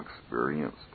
experienced